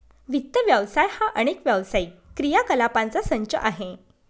वित्त व्यवसाय हा अनेक व्यावसायिक क्रियाकलापांचा संच आहे